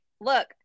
look